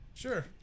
Sure